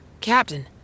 Captain